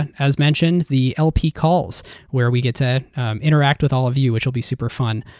and as mentioned, the lp calls where we get to interact with all of you, which will be super fun.